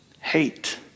hate